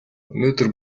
өнөөдөр